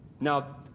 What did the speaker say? Now